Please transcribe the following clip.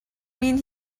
mean